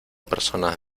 personas